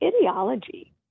ideology